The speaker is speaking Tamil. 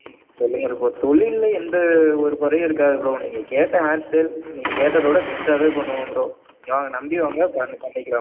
ம் சொல்லுங்கள் ப்ரோ தொழிலில் எந்த ஒரு குறையும் இருக்காது ப்ரோ நீங்கள் கேட்ட ஹேர் ஸ்டைல் நீங்கள் கேட்டதை விட பெஸ்ட்டாகவே பண்ணுவோம் ப்ரோ இங்கே வாங்க நம்பி வாங்க பண்ணி பண்ணிக்கலாம் ப்ரோ